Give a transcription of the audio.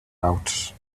out